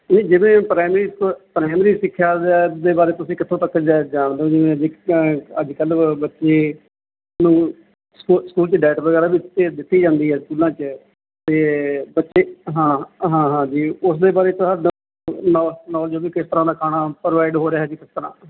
ਇਹ ਜਿਹੜੇ primary school primary ਸਿੱਖਿਆ ਦ ਦੇ ਬਾਰੇ ਤੁਸੀਂ ਕਿੱਥੋਂ ਤੱਕ ਜ ਜਾ ਜਾਣਦੇ ਹੋ ਜਿਵੇਂ ਕਿ ਅੱਜ ਕੱਲ ਬ ਬੱਚੇ ਨੂੰ ਸਕੂ ਸਕੂਲ 'ਚ ਡਾਇਟ ਵਗੈਰਾ ਵੀ ਦਿੱਤੇ ਦਿੱਤੀ ਜਾਂਦੀ ਹੈ ਸਕੂਲਾਂ 'ਚ ਅਤੇ ਬੱਚੇ ਹਾਂ ਹਾਂ ਹਾਂ ਜੀ ਉਸ ਦੇ ਬਾਰੇ ਤੁਹਾਡਾ ਨੋ ਨੋਲਜ ਵੀ ਕਿਸ ਤਰ੍ਹਾਂ ਦਾ ਖਾਣਾ ਪ੍ਰੋਵਾਈਡ ਹੋ ਰਿਹਾ ਜੀ ਕਿਸ ਤਰ੍ਹਾਂ